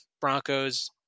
Broncos